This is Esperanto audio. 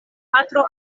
patro